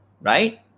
right